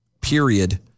period